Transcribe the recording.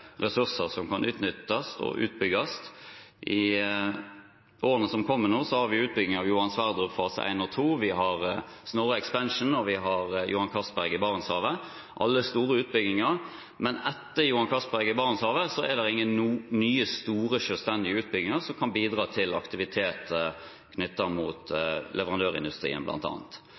ressurser som kan utnyttes og utbygges. I årene som kommer, har vi nå utbygging av Johan Sverdrup fase 1 og 2, Snorre Extension og Johan Castberg i Barentshavet, alle store utbygginger. Men etter Johan Castberg i Barentshavet er det ingen nye, store, selvstendige utbygginger som kan bidra til aktivitet knyttet til bl.a. leverandørindustrien.